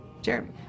Jeremy